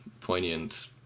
poignant